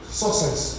success